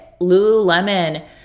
Lululemon